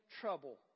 trouble